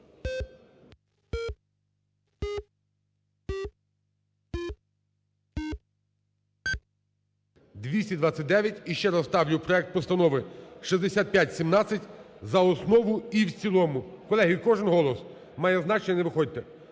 За-229 І ще раз ставлю проект Постанови 6517 за основу і в цілому. Колеги, кожен голос має значення, не виходьте.